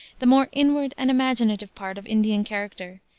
the more inward and imaginative part of indian character,